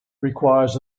requires